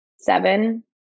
seven